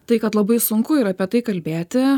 tai kad labai sunku yra apie tai kalbėti